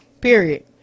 Period